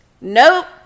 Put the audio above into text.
nope